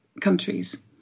countries